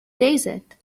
desert